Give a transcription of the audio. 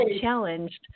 challenged